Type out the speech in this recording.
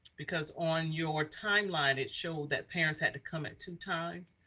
because on your timeline, it showed that parents had to come at two times.